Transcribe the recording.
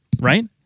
right